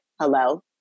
hello